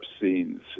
scenes